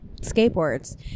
skateboards